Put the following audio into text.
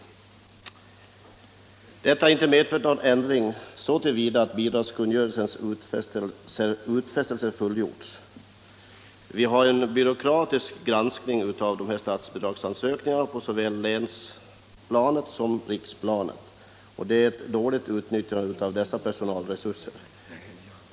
Detta har emellertid inte medfört någon ändring så till vida att bidragskungörelsens utfästelser har fullgjorts. Vi har en byråkratisk granskning av statbidragsansökningarna på såväl länsplanet som riksplanet. Dessa personalresurser är dåligt utnyttjade.